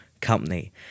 company